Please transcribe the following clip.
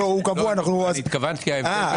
להגיד לך,